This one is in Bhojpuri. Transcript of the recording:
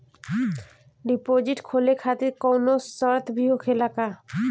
डिपोजिट खोले खातिर कौनो शर्त भी होखेला का?